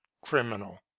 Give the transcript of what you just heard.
criminal